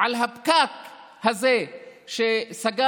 על הפקק הזה שסגר